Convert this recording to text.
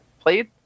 played